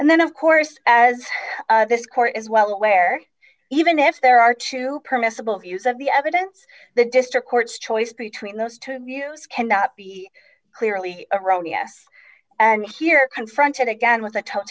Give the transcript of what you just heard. and then of course as this court is well aware even if there are two permissible views of the evidence the district court's choice between those two views cannot be clearly erroneous and here confronted again with